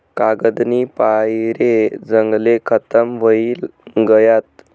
कागदनी पायरे जंगले खतम व्हयी गयात